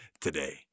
today